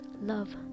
love